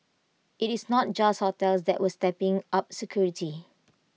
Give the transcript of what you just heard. IT is not just hotels that are stepping up security